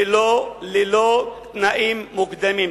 ללא תנאים מוקדמים.